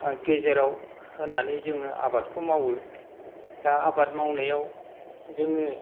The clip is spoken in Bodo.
गेजेराव होनानै जोङो आबादखौ मावो दा आबाद मावनायाव जोङो